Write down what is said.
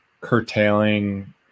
curtailing